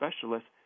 specialists